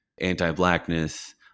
anti-blackness